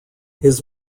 his